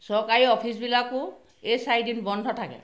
চৰকাৰী অফিচবিলাকো এই চাৰিদিন বন্ধ থাকে